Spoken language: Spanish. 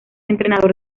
entrenador